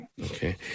Okay